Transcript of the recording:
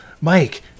Mike